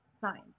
signed